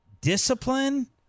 discipline